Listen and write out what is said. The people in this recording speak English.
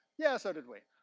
yeah, so did we.